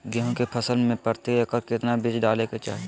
गेहूं के फसल में प्रति एकड़ कितना बीज डाले के चाहि?